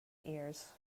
ears